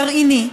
גרעיני,